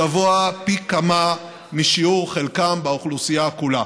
גבוה פי כמה משיעור חלקם באוכלוסייה כולה.